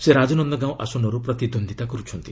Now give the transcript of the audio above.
ସେ ରାଜନନ୍ଦଗାଓଁ ଆସନରୁ ପ୍ରତିଦ୍ୱନ୍ଦ୍ୱିତା କରୁଛନ୍ତି